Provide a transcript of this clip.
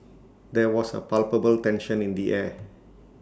there was A palpable tension in the air